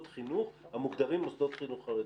חינוך המוגדרים "מוסדות חינוך חרדי".